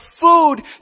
food